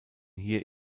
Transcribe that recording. hier